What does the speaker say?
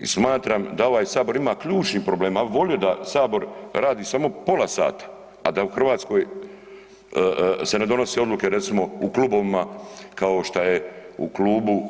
I smatram da ovaj sabor ima ključnih problema, ja bi volio da sabor radi samo pola sata, a da u Hrvatskoj se ne donose odluke recimo u klubovima kao šta je u klubu